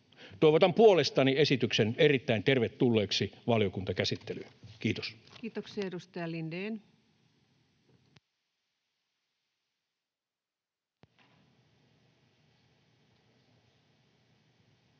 Toivotan puolestani esityksen erittäin tervetulleeksi valiokuntakäsittelyyn. — Kiitos. Kiitoksia. — Edustaja Lindén. Arvoisa